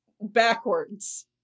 backwards